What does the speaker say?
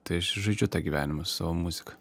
tai žaidžiu tą gyvenimą savo muzika